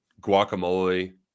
guacamole